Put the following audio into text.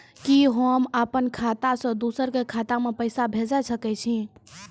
कि होम अपन खाता सं दूसर के खाता मे पैसा भेज सकै छी?